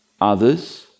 others